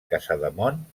casademont